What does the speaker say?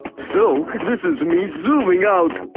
so, this is me zooming out!